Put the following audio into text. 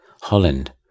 Holland